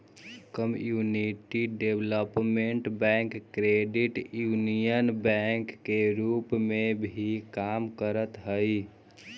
community development bank credit union bank के रूप में भी काम करऽ हइ